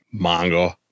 Mongo